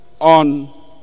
on